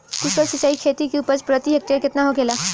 कुशल सिंचाई खेती से उपज प्रति हेक्टेयर केतना होखेला?